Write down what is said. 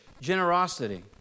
generosity